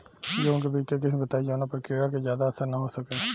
गेहूं के बीज के किस्म बताई जवना पर कीड़ा के ज्यादा असर न हो सके?